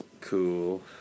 Cool